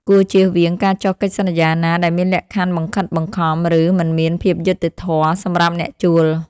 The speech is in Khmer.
គួរជៀសវាងការចុះកិច្ចសន្យាណាដែលមានលក្ខខណ្ឌបង្ខិតបង្ខំ ឬមិនមានភាពយុត្តិធម៌សម្រាប់អ្នកជួល។